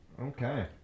Okay